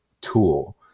tool